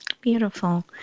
Beautiful